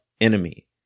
enemy